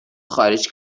خارج